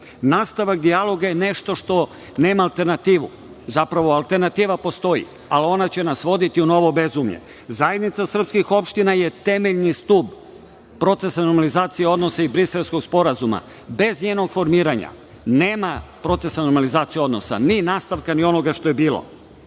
Nastavak dijaloga je nešto što nema alternativu. Zapravo, alternativa postoji, a ona će nas voditi u novo bezumlje. Zajednica srpskih opština je temeljni stub procesa normalizacije odnosa i Briselskog sporazuma. Bez njenog formiranja nema procesa normalizacije odnosa, ni nastavka, ni onoga što je